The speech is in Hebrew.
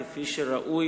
כפי שראוי